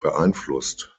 beeinflusst